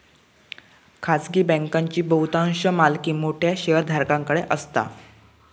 खाजगी बँकांची बहुतांश मालकी मोठ्या शेयरधारकांकडे असता